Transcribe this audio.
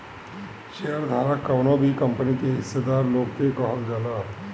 share धारक कवनो भी कंपनी के हिस्सादार लोग के कहल जाला